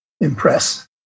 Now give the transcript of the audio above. impress